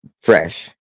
fresh